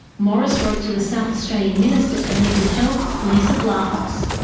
maurice wrote to the south australian minister for mental health leesa vlahos.